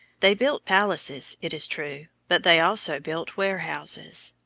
they built palaces, it is true, but they also built warehouses.